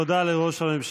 (מחיאות כפיים) תודה לראש הממשלה.